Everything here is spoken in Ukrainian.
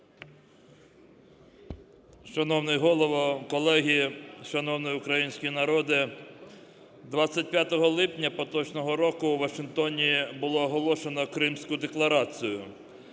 Шановний Голово, колеги, шановний український народе! 25 липня поточного року у Вашингтоні було оголошено Кримську декларацію.